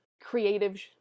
creative